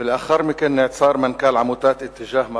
ולאחר מכן נעצר מנכ"ל עמותת "אתיג'אה",